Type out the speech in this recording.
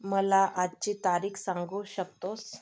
मला आजची तारीख सांगू शकतोस